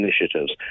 initiatives